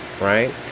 Right